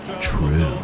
true